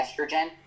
estrogen